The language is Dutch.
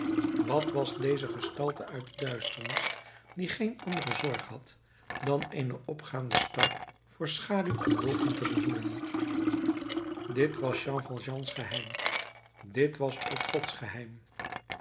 wat was deze gestalte uit de duisternis die geen andere zorg had dan eene opgaande star voor schaduw en wolken te behoeden dit was jean valjeans geheim dit was ook gods geheim